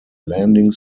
landing